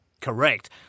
Correct